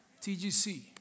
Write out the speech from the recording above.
TGC